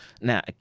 now